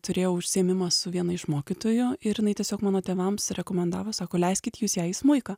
turėjau užsiėmimą su viena iš mokytojų ir jinai tiesiog mano tėvams rekomendavo sako leiskit jus ją į smuiką